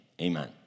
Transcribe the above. Amen